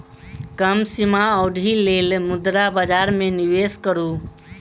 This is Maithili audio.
कम सीमा अवधिक लेल मुद्रा बजार में निवेश करू